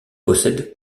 possède